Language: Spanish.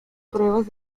pruebas